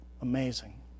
Amazing